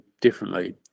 differently